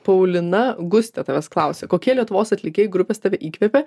paulina gustė tavęs klausia kokie lietuvos atlikėjai grupės tave įkvepia